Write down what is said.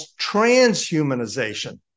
transhumanization